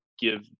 give